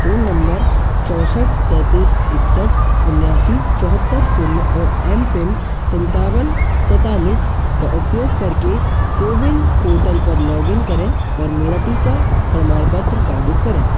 phone number चौंसठ तैंतीस इकसठ उनासी चौहत्तर शून्य और एम पिन सत्तावन सैंतालीस का उपयोग करके कोविन पोर्टल पर लॉग इन करें और मेरा टीका प्रमाणपत्र डाउनलोड करें